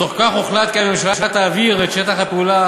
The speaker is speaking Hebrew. בתוך כך הוחלט כי הממשלה תעביר את שטח הפעולה